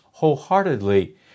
wholeheartedly